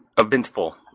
eventful